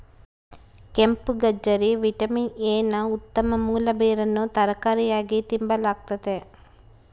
ಕೆಂಪುಗಜ್ಜರಿ vitamin A ನ ಉತ್ತಮ ಮೂಲ ಬೇರನ್ನು ತರಕಾರಿಯಾಗಿ ತಿಂಬಲಾಗ್ತತೆ